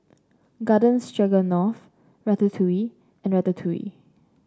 Garden Stroganoff Ratatouille and Ratatouille